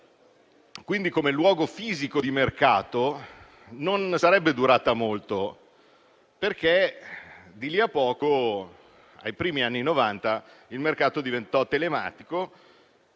quindi, come luogo fisico di mercato, non sarebbe durata molto, perché di lì a poco, dai primi anni Novanta, il mercato diventò telematico